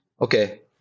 okay